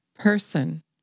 person